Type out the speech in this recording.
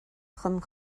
chun